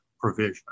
provision